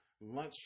lunch